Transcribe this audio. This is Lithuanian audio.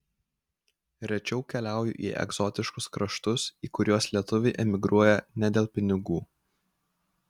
rečiau keliauju į egzotiškus kraštus į kuriuos lietuviai emigruoja ne dėl pinigų